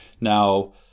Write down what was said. Now